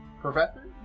professor